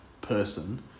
person